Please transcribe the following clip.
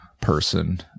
person